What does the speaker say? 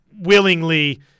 willingly